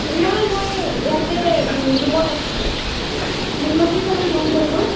নাই মই ইয়াতে ৰুমত আছোঁ নুনমাটিৰ ফালে ৰুম ল'লো